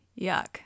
yuck